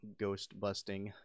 Ghostbusting